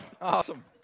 Awesome